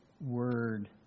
word